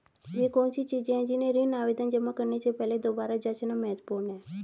वे कौन सी चीजें हैं जिन्हें ऋण आवेदन जमा करने से पहले दोबारा जांचना महत्वपूर्ण है?